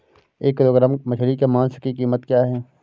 एक किलोग्राम मछली के मांस की कीमत क्या है?